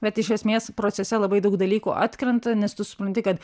bet iš esmės procese labai daug dalykų atkrenta nes tu supranti kad